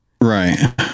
Right